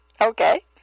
Okay